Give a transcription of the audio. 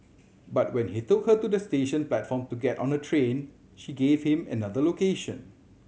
but when he took her to the station platform to get on a train she gave him another location